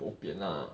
bo pian lah